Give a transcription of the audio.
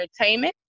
Entertainment